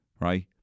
right